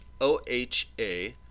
OHA